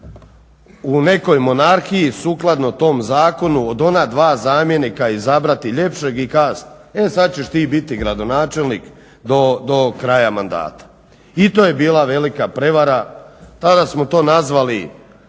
u nekoj monarhiji sukladno tom zakonu od ona dva zamjenika izabrati ljepšeg i kazati e sad ćeš ti biti gradonačelnik do kraja mandata. I to je bila velika prevara. Tada smo to nazvali,